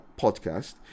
podcast